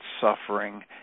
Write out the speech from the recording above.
suffering